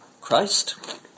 Christ